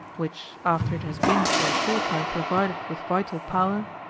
which after it has been for a short time provided with vital power,